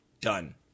done